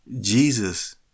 Jesus